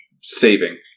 saving